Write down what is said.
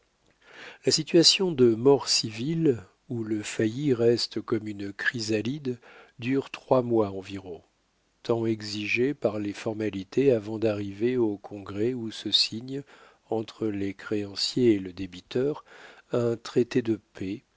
la situation de mort civil où le failli reste comme une chrysalide dure trois mois environ temps exigé par les formalités avant d'arriver au congrès où se signe entre les créanciers et le débiteur un traité de paix